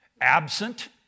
absent